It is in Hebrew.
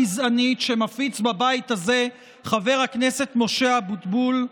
הגזענית שמפיץ בבית הזה חבר הכנסת משה אבוטבול,